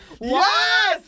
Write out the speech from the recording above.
Yes